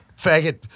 faggot